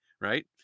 right